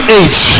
age